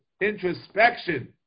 Introspection